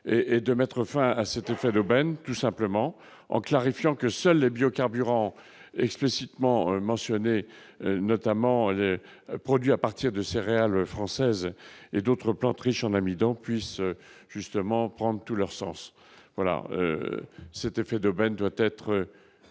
et de mettre fin à cette effet d'aubaine, tout simplement, en clarifiant que seuls les biocarburants explicitement mentionné notamment produit à partir de céréales françaises et d'autres plantes riches en amidon puissent justement prendre tout leur sens, voilà, c'était fait de Debanne doit être